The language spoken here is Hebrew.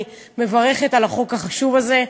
אני מברכת על החוק החשוב הזה,